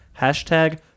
Hashtag